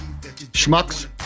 schmucks